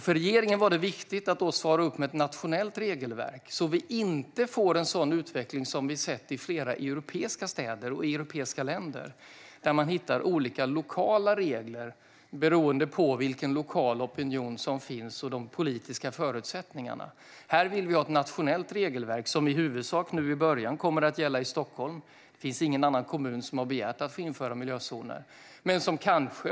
För regeringen var det viktigt att svara upp med ett nationellt regelverk så att vi inte får en sådan utveckling som vi sett i flera europeiska städer och länder, där man hittar olika lokala regler beroende på vilken lokal opinion som finns och de politiska förutsättningarna. Vi vill ha ett nationellt regelverk, och nu i början kommer det i huvudsak att gälla i Stockholm. Det finns ingen annan kommun som har begärt att få införa miljözoner.